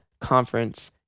conference